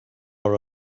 are